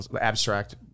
abstract